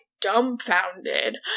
dumbfounded